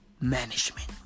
management